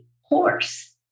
horse